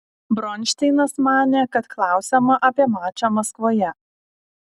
bronšteinas manė kad klausiama apie mačą maskvoje